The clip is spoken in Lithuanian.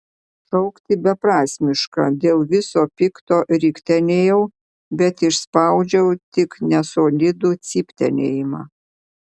šaukti beprasmiška dėl viso pikto riktelėjau bet išspaudžiau tik nesolidų cyptelėjimą